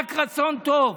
רק רצון טוב.